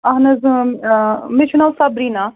اہَن حظ آ مےٚ چھُ ناو سبریٖنا